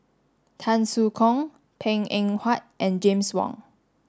Tan Soo Khoon Png Eng Huat and James Wong